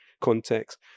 context